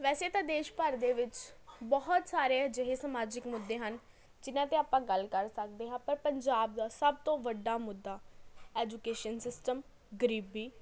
ਵੈਸੇ ਤਾਂ ਦੇਸ਼ ਭਰ ਦੇ ਵਿੱਚ ਬਹੁਤ ਸਾਰੇ ਅਜਿਹੇ ਸਮਾਜਿਕ ਮੁੱਦੇ ਹਨ ਜਿਹਨਾਂ 'ਤੇ ਆਪਾਂ ਗੱਲ ਕਰ ਸਕਦੇ ਹਾਂ ਪਰ ਪੰਜਾਬ ਦਾ ਸਭ ਤੋਂ ਵੱਡਾ ਮੁੱਦਾ ਐਜੂਕੇਸ਼ਨ ਸਿਸਟਮ ਗਰੀਬੀ